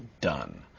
done